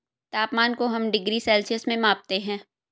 तापमान को हम डिग्री सेल्सियस में मापते है